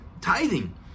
tithing